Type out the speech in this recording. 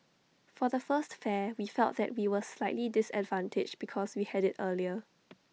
for the first fair we felt that we were slightly disadvantaged because we had IT earlier